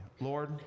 Lord